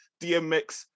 DMX